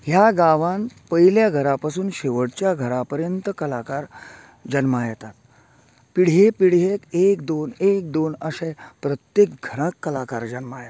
ह्या गांवांत पयल्या घरा पसून शेवटच्या घरा पर्यंत कलाकार जल्मा येतात पिढहे पिढयेक एक दोन एक दोन अशे प्रत्येक घरांत कलाकार जल्मा येतात